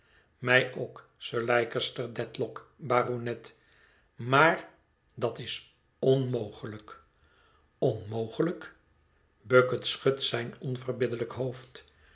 mij ook sir leicester dedlock baronet maar dat is onmogelijk onmogelijk bucket schudt zijn onverbiddelijk hoofd